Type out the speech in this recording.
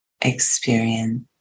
experience